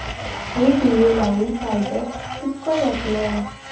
हे बिये लाऊन फायदो कितको जातलो?